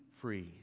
free